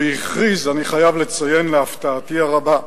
הוא הכריז, אני חייב לציין, להפתעתי הרבה,